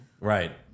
right